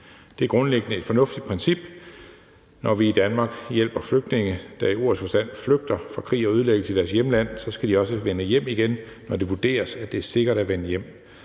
Det er grundlæggende et fornuftigt princip. Når vi i Danmark hjælper flygtninge, der i ordets forstand flygter fra krig og ødelæggelse i deres hjemland, så skal de også vende hjem igen, når det vurderes, at det er sikkert at vende hjem,